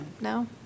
No